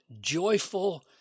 joyful